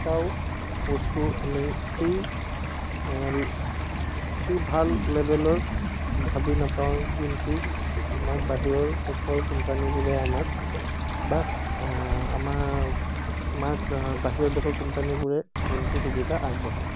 এটাও বস্তু আমি সেই সেই ভাল লেবেলৰ ভাবি নাপাওঁ যোনটো আমাৰ বাহিৰৰ দেশৰ কোম্পানীবোৰে আমাক বা আমাৰ আমাক বাহিৰৰ দেশৰ কোম্পানীবোৰে যোনটো সুবিধা আগবঢ়ায়